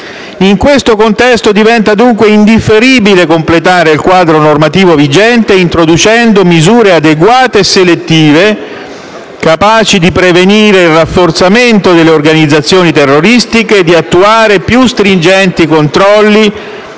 In questo contesto diventa, dunque, indifferibile completare il quadro normativo vigente, introducendo misure adeguate e selettive capaci di pervenire il rafforzamento delle organizzazioni terroristiche e di attuare più stringenti controlli